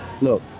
Look